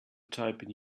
typing